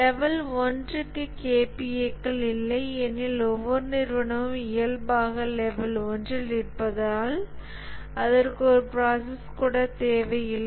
level 1 க்கு KPA கள் இல்லை ஏனெனில் ஒவ்வொரு நிறுவனமும் இயல்பாக லெவல் 1 இல் இருப்பதால் அதற்கு ஒரு ப்ராசஸ் கூட தேவையில்லை